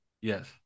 Yes